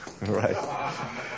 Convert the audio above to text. Right